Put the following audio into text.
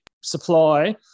supply